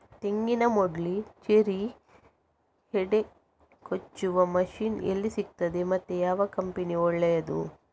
ತೆಂಗಿನ ಮೊಡ್ಲು, ಚೇರಿ, ಹೆಡೆ ಕೊಚ್ಚುವ ಮಷೀನ್ ಎಲ್ಲಿ ಸಿಕ್ತಾದೆ ಮತ್ತೆ ಯಾವ ಕಂಪನಿ ಒಳ್ಳೆದು?